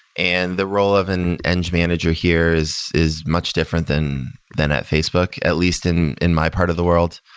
and the role of an eng manager here is is much different than than at facebook, at least in in my part of the world.